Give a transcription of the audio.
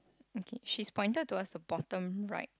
okay she's pointed towards the bottom right